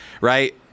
right